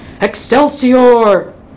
excelsior